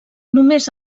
només